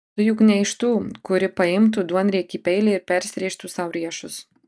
tu juk ne iš tų kuri paimtų duonriekį peilį ir persirėžtų sau riešus